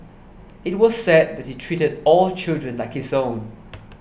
it was said that he treated all children like his own